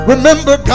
Remember